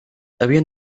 havien